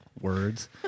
words